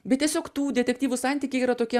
bet tiesiog tų detektyvų santykiai yra tokie